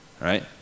right